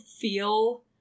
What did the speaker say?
feel